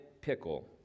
Pickle